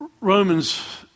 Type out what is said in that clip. Romans